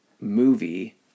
movie